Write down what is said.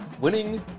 Winning